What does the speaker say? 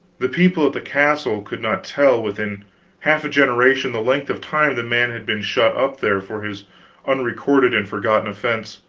the people at the castle could not tell within half a generation the length of time the man had been shut up there for his unrecorded and forgotten offense